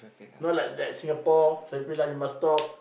not like like Singapore traffic light must stop